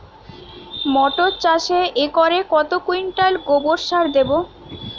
মটর চাষে একরে কত কুইন্টাল গোবরসার দেবো?